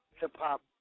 hip-hop